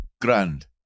Grand